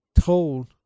told